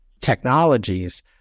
technologies